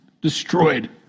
destroyed